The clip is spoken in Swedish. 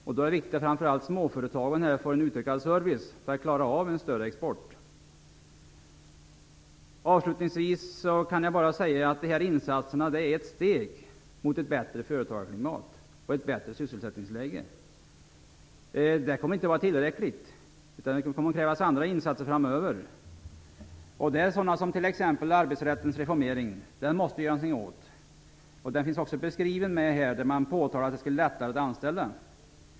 Det är viktigt att framför allt småföretagen får en utökad service för att klara av en större export. Avslutningsvis kan jag bara säga att dessa insatser är ett steg mot ett bättre företagarklimat och ett bättre sysselsättningsläge. Det kommer inte att vara tillräckligt, utan det kommer att krävas andra insatser framöver. Det är sådana saker som t.ex. arbetsrättens reformering. Den måste vi göra någonting åt. Det finns också beskrivet här, där man påtalar att det skall bli lättare att anställa.